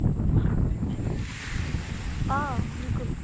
آ بِلکُل